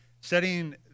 setting